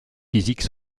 physiques